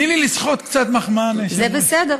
תני לי לסחוט קצת מחמאה מהיושב-ראש.